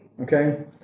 Okay